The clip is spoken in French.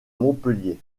montpellier